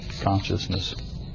consciousness